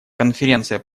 конференция